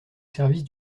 service